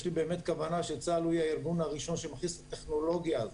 יש לי באמת כוונה שצה"ל יהיה הארגון הראשון שמכניס את הטכנולוגיה הזאת.